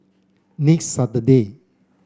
next Saturday